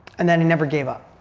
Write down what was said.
and that he never gave up.